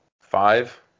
Five